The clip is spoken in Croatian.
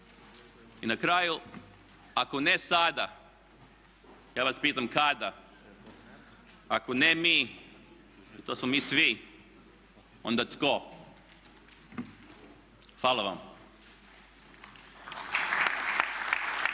I na kraju ako ne sada ja vas pitam kada? Ako ne mi, i to smo mi svi, onda tko? Hvala vam.